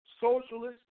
socialist